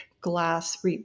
glass